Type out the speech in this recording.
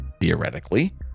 theoretically